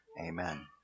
Amen